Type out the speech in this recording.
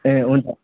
ए हुन्छ